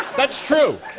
that's true.